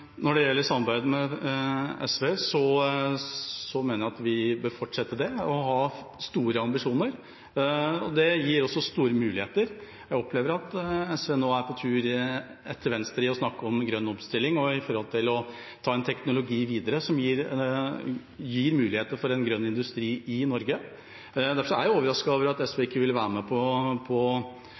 Når det gjelder samarbeidet med SV, mener jeg at vi bør fortsette det – og ha store ambisjoner. Det gir også store muligheter. Jeg opplever at SV nå er på tur etter Venstre i å snakke om grønn omstilling og om å ta videre en teknologi som gir muligheter for en grønn industri i Norge. Derfor er jeg overrasket over at SV ikke vil være med på